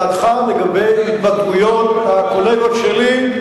דעתך לגבי התבטאויות הקולגות שלי,